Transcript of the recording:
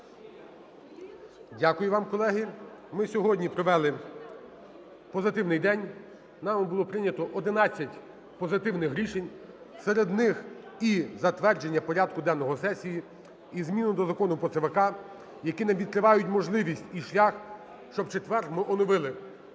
Дякую вам, колеги. Ми сьогодні провели позитивний день, нами було прийнято одинадцять позитивних рішень, серед них і затвердження порядку денного сесії, і зміну до Закону по ЦВК, які нам відкривають можливість і шлях, щоб в четвер ми оновили